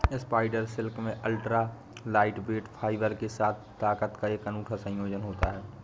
spider silk में ultra lightweight fibre के साथ ताकत का एक अनूठा संयोजन होता है